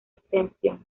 extensión